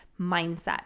mindset